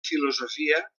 filosofia